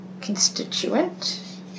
constituent